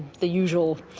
the usual,